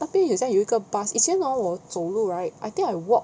那边有好像有个 bus 以前 hor 我走路 right I think I walk